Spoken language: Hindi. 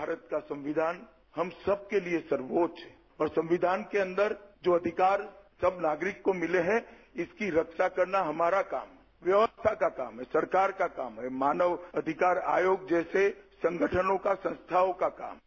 भारत का संविधान हम सबके लिए सर्वोच्च है और संविधान के अन्दर जो अधिकार सब नागरिक को मिले हैं इसकी रक्षा करना हमारा काम है व्यवस्था का काम है सरकार का काम है मानव अधिकार आयोग जैसे संगठनों का संस्थाओं का काम है